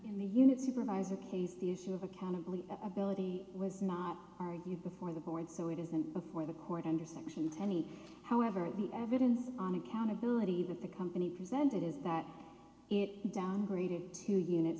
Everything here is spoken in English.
in the unit supervisor case the issue of accountability ability was not argued before the board so it isn't before the court under section twenty however the evidence on accountability that the company presented is that it downgraded to unit